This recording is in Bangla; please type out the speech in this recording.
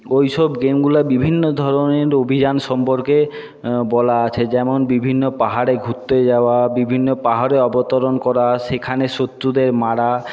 ওই সব গেমগুলা বিভিন্ন ধরণের অভিযান সম্পর্কে বলা আছে যেমন বিভিন্ন পাহাড়ে ঘুরতে যাওয়া বিভিন্ন পাহাড়ে অবতরণ করা সেখানে শত্রুদের মারা